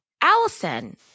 Allison